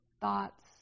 thoughts